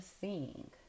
seeing